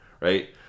right